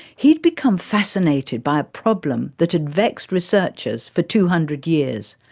he had become fascinated by a problem that had vexed researchers for two hundred years.